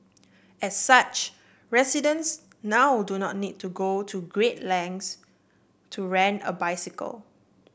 as such residents now do not need to go to great lengths to rent a bicycle